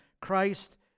Christ